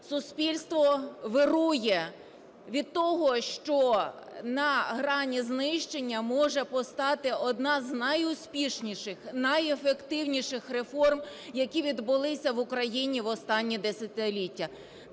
Суспільство вирує від того, що на грані знищення може постати одна з найуспішніших, найефективніших реформ, які відбулися в Україні в останні десятиліття.